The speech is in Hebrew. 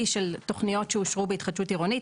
של תוכניות שאושרו בהתחדשות עירונית,